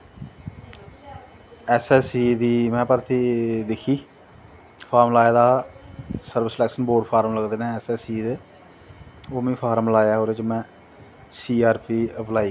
S S दी में भर्थी दिक्खी फार्म लाए दा सर्विस सलैक्शन फार्म लगदे नै ऐस ऐस सी दे ओह् में फार्म लाया ओह्दे च में सी आर पी अपलाई कीती